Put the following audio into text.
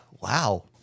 Wow